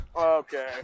okay